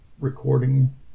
Recording